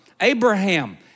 Abraham